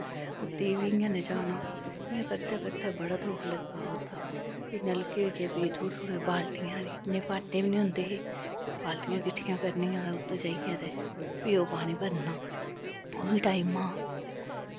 उत्ती वी इ'यां नचाना इ'यां करदै करदै बड़ा दुख लग्गा उदा फ्ही नलके होईये फ्ही थोह्ड़ी थोह्ड़ी बालटियां इन्ने भांडे वी निं होंदे हे फ्ही बालटियां किट्ठियां करनियां ते उत्त जाईयै ते फ्ही ओह् पानी भरना ओह्बी टाईमा